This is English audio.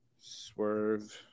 Swerve